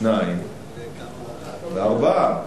שניים וארבעה.